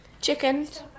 chickens